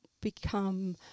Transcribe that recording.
become